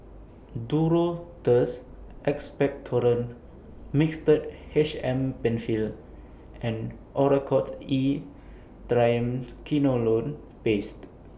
Duro Tuss Expectorant Mixtard H M PenFill and Oracort E Triamcinolone Paste